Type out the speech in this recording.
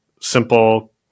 simple